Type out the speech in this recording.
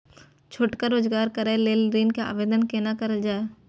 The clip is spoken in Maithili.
छोटका रोजगार करैक लेल ऋण के आवेदन केना करल जाय?